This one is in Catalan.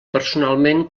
personalment